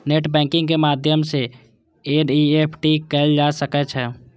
net banking के माध्यम सं एन.ई.एफ.टी कैल जा सकै छै